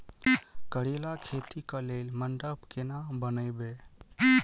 करेला खेती कऽ लेल मंडप केना बनैबे?